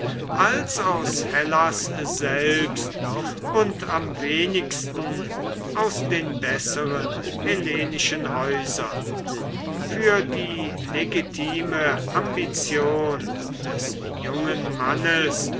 als aus hellas selbst und am wenigsten aus den besseren hellenischen häusern für die legitime ambition des jungen mannes